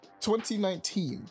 2019